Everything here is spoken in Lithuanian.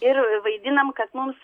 ir vaidinam kad mums